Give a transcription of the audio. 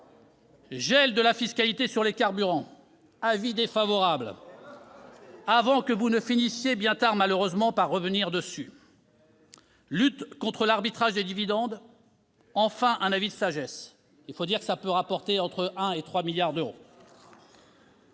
gel de la fiscalité sur les carburants : avis défavorable, avant que vous ne finissiez- bien tard, malheureusement -par revenir dessus ; lutte contre l'arbitrage des dividendes : enfin un avis de sagesse, mais il est vrai que cette mesure peut rapporter entre 1 milliard et 3 milliards d'euros.